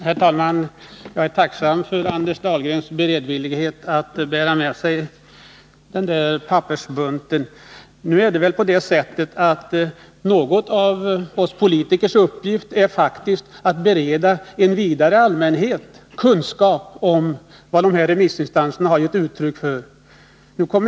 Herr talman! Jag är tacksam för Anders Dahlgrens beredvillighet att bära — Tisdagen den med sig denna pappersbunt. En av uppgifterna för oss politiker är faktiskt att 5 maj 1981 ge en vidare allmänhet kunskap om vad dessa remissinstanser har gett uttryck för.